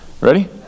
Ready